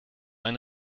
ein